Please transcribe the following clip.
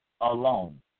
alone